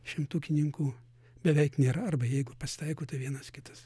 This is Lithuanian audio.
šimtukininkų beveik nėra arba jeigu pasitaiko tai vienas kitas